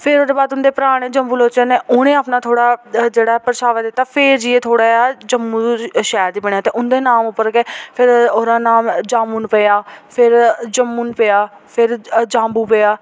फिर ओह्दे बाद उं'दे भ्राऽ ने जम्बू लोचन न अपना थोह्ड़ा जेह्ड़ा परछामां दित्ता फिर जाइयै थोह्ड़ा जम्मू शैह्र बनेआ ते उं'दे नांऽ उप्पर गै फिर ओह्दा नांऽ जामुन पेआ फिर जमुन पेआ फेर जांबू पेआ